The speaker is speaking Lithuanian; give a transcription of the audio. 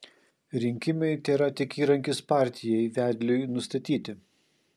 rinkimai tėra tik įrankis partijai vedliui nustatyti